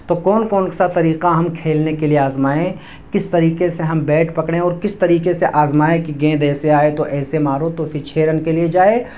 تو کون کون سا طریقہ ہم کھیلنے کے لیے آزمائیں کس طریقے سے ہم بیٹ پکڑیں اور کس طریقے سے آزمائین کہ گیند ایسے آئے تو ایسے مارو تو پھر چھ رن کے لیے جائے